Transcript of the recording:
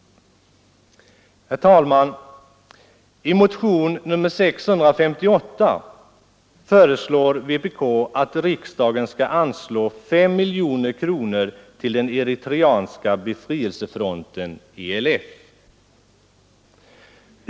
Herr talman! I motion nr 658 föreslår vpk att riksdagen skall anslå 5 miljoner kronor till den eritreanska befrielsefronten ELF.